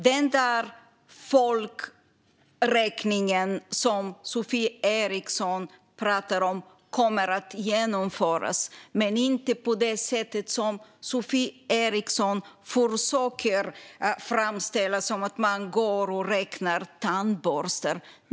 Den folkräkning som Sofie Eriksson pratar om kommer att genomföras men inte på det sätt som Sofie Eriksson försöker framställa som att räkna tandborstar.